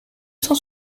cent